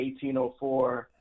1804